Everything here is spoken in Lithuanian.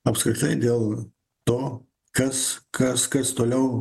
apskritai dėl to kas kas kas toliau